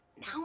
now